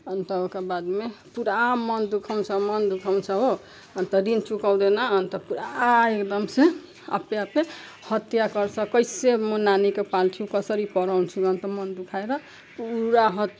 अन्त उका बादमे पुरा मन दुखाउँछ मन दुखाउँछ हो अन्त ऋण चुकाउँदैन अन्त पुरा एकदम से अपने अपने हत्या गर्छ कैसे म नानीको पाल्छु कसरी पढाउँछु अन्त मन दुखाएर पुरा हत